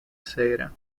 sera